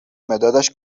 مدادش